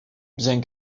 bien